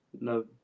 No